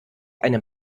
einem